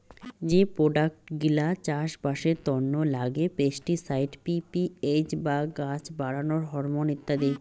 যে প্রোডাক্ট গিলা চাষবাসের তন্ন লাগে পেস্টিসাইড, পি.পি.এইচ বা গাছ বাড়ানোর হরমন ইত্যাদি